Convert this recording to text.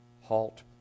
halt